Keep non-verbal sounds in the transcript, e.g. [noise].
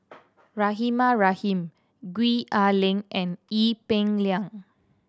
[noise] Rahimah Rahim Gwee Ah Leng and Ee Peng Liang